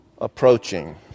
approaching